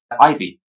Ivy